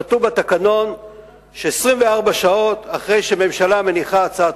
כתוב בתקנון ש-24 שעות אחרי שממשלה מניחה הצעת